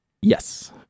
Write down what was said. Yes